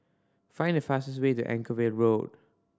find the fastest way to Anchorvale Road